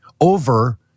over